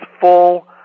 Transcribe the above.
full